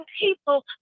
people